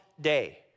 day